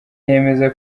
yemeza